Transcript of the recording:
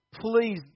Please